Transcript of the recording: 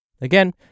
Again